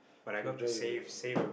so you don't want to